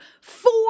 four